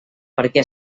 perquè